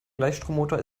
gleichstrommotor